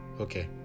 Okay